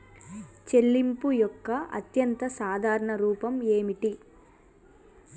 చెల్లింపు యొక్క అత్యంత సాధారణ రూపం ఏమిటి?